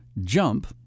Jump